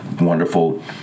wonderful